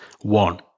one